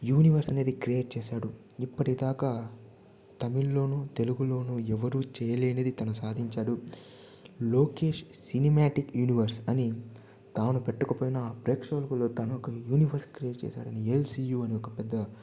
universe అనేది create చేశాడు ఇప్పటిదాకా తమిళ్లోనూ తెలుగులోనూ ఎవరు చేయలేనిది తను సాధించాడు లోకేష్ సినిమాటిక్ యూనివర్స్ అని తాను పెట్టకపోయినా ప్రేక్షకులులో తను ఒక యూనివర్స్ క్రియేట్ చేశాడు ఎల్ సి యు అని ఒక పెద్ద